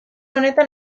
honetan